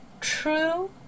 True